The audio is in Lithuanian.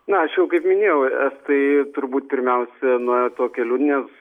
na aš jau minėjau estai turbūt pirmiausia nuėjo tuo keliu nes